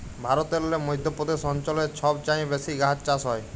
ভারতেল্লে মধ্য প্রদেশ অঞ্চলে ছব চাঁঁয়ে বেশি গাহাচ চাষ হ্যয়